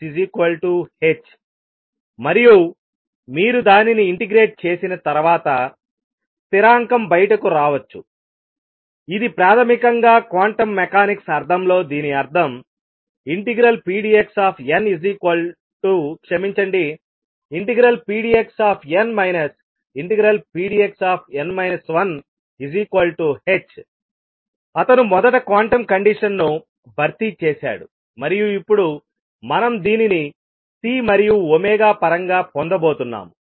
ddn∫pdxhమరియు మీరు దానిని ఇంటిగ్రేట్ చేసిన తర్వాత స్థిరాంకం బయటకు రావచ్చు ఇది ప్రాథమికంగా క్వాంటం మెకానిక్స్ అర్థంలో దీని అర్థం ∫pdxn ∫pdxn 1hఅతను మొదట క్వాంటం కండిషన్ను భర్తీ చేశాడు మరియు ఇప్పుడు మనం దీనిని C మరియు పరంగా పొందబోతున్నాము